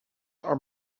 are